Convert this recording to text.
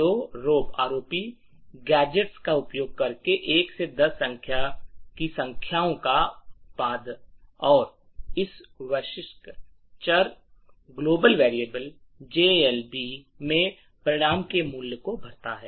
जो rope gadgets का उपयोग करके 1 से 10 तक की संख्याओं का उत्पाद है और इस वैश्विक चर जीएलबी में परिणाम के मूल्य को भरता है